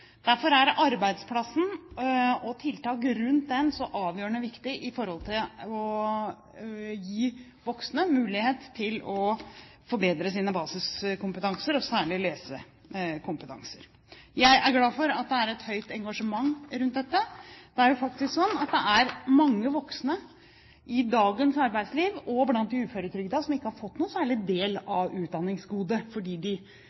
Derfor er arbeidsplassen og tiltak rundt den så avgjørende viktig for å gi voksne mulighet til å forbedre sin basiskompetanse, særlig lesekompetansen. Jeg er glad for at det er et høyt engasjement rundt dette. Det er faktisk slik at det er mange voksne i dagens arbeidsliv og blant de uføretrygdede som ikke har fått noen særlig del i utdanningsgodet, fordi de